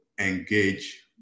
engage